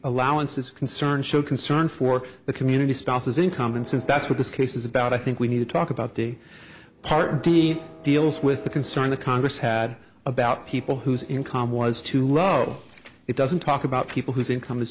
allowance is concerned show concern for the community spouse's income and since that's what this case is about i think we need to talk about the part d deals with the concern the congress had about people whose income was too low it doesn't talk about people whose income